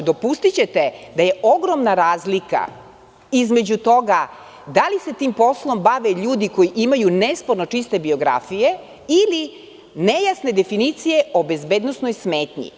Dopustićete da je ogromna razlika između toga da li se tim poslom bave ljudi koji imaju nesporno čiste biografije ili nejasne definicije o bezbednosnoj smetnji.